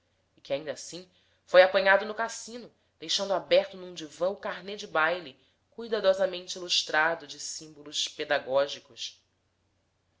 e que ainda assim foi apanhado no cassino deixando aberto num divã o carnet de baile caidadosamente ilustrado de símbolos pedagógicos